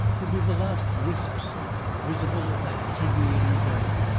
will be the last wisps visible of that attenuating veil.